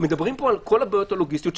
מדברים פה על כל הבעיות הלוגיסטיות,